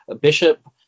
Bishop